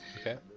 Okay